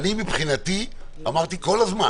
מבחינתי אמרתי כל הזמן